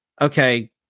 Okay